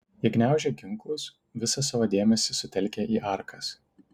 jie gniaužė ginklus visą savo dėmesį sutelkę į arkas